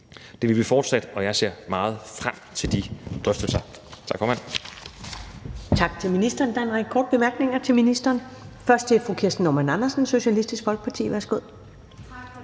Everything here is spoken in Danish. Det vil vi fortsat, og jeg ser meget frem til de drøftelser. Tak, formand.